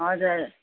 हजुर